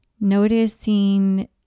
noticing